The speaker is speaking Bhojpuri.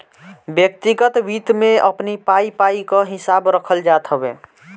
व्यक्तिगत वित्त में अपनी पाई पाई कअ हिसाब रखल जात हवे